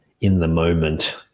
in-the-moment